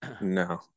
no